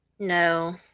no